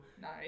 nice